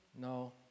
No